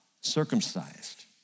circumcised